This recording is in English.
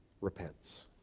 repents